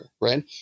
right